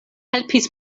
helpis